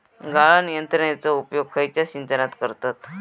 गाळण यंत्रनेचो उपयोग खयच्या सिंचनात करतत?